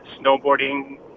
snowboarding